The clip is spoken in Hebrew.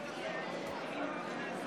בעד יולי יואל אדלשטיין,